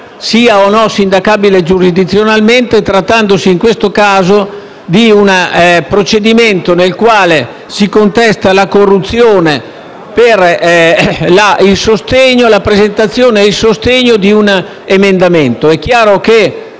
sia o no sindacabile giurisdizionalmente, trattandosi in questo caso di un procedimento nel quale si contesta la corruzione per la presentazione e il sostegno di un emendamento.